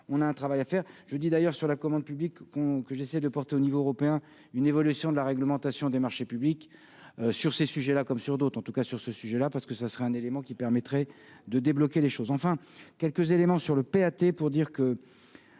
on a un travail à faire, je dis d'ailleurs sur la commande publique on que j'essaie de porter au niveau européen, une évolution de la réglementation des marchés publics sur ces sujets-là, comme sur d'autres, en tout cas sur ce sujet-là, parce que ce serait un élément qui permettrait de débloquer les choses enfin quelques éléments sur le pâté pour dire que